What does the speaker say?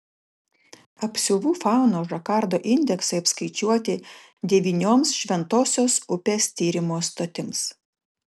apsiuvų faunos žakardo indeksai apskaičiuoti devynioms šventosios upės tyrimo stotims